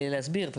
להסביר,